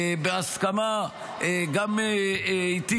בהסכמה גם איתי,